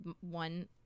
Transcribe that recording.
one